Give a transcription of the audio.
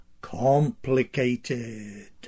complicated